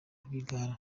rwigara